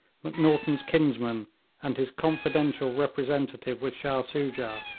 macnaghten's kinsman and his confidential representative with shah soojah,